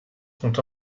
sont